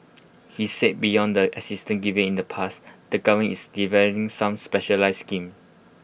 he said beyond the assistance given in the past the govern is developing some specialised schemes